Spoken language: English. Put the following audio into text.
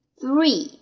three